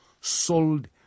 Sold